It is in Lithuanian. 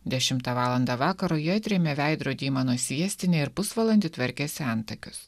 dešimtą valandą vakaro ji atrėmė veidrodį į mano sviestinę ir pusvalandį tvarkėsi antakius